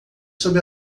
sob